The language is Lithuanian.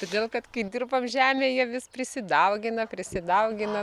todėl kad kai dirbam žemę jie vis prisidaugina prisidaugina